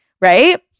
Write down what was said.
Right